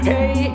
Hey